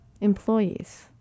Employees